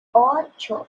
ocho